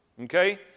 Okay